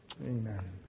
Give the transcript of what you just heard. amen